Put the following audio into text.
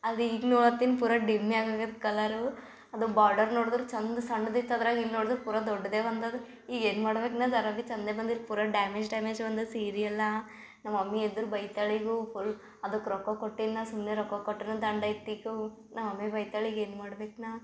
ಆದ್ರೆ ಈಗ ನೋಡತ್ತೀನಿ ಪೂರ ಡಿಮ್ಮೆ ಆಗಗದ್ ಕಲರೂ ಅದು ಬಾರ್ಡರ್ ನೋಡಿದರೆ ಚಂದ ಸಣ್ದ ಇತ್ತು ಅದ್ರಾಗ ಇಲ್ಲಿ ನೋಡ್ದ್ರ ಪೂರ ದೊಡ್ದೆ ಬಂದದು ಈಗ ಏನು ಮಾಡ್ಬೇಕು ನಾ ಜರ ಬಿ ಚಂದೆ ಬಂದಿಲ್ಲ ಪೂರ ಡ್ಯಾಮೇಜ್ ಡ್ಯಾಮೇಜ್ ಬಂದದ್ದು ಸೀರೆ ಎಲ್ಲಾ ನಮ್ಮ ಮಮ್ಮಿ ಎದ್ರು ಬೈತಾಳೆ ಈಗ ಫುಲ್ ಅದಕ್ಕೆ ರೊಕ್ಕ ಕೊಟ್ಟೀನಿ ನಾ ಸುಮ್ನೆ ರೊಕ್ಕ ಕೊಟ್ಟರೂನು ದಂಡ ಐತಿ ತಿಕೋ ನಮ್ಮ ಮಮ್ಮಿ ಬೈತಾಳೆ ಈಗ ಏನು ಮಾಡ್ಬೇಕು ನಾ